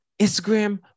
Instagram